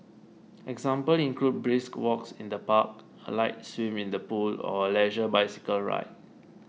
examples include brisk walks in the park a light swim in the pool or a leisure bicycle ride